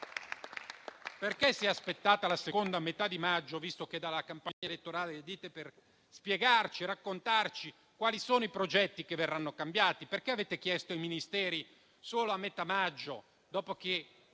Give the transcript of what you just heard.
Perché si è aspettata la seconda metà di maggio, visto che dalla campagna elettorale dite di volerci spiegare e raccontare quali progetti verranno cambiati? Perché avete chiesto ai Ministeri solo a metà maggio, dopo che,